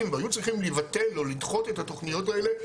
והיו צריכים להתבטל או לדחות את התוכניות האלה,